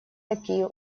такие